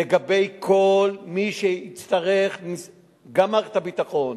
לגבי כל מי שגם מערכת הביטחון,